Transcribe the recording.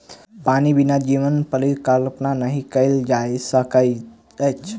पानिक बिनु जीवनक परिकल्पना नहि कयल जा सकैत अछि